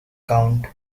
count